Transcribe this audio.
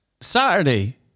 Saturday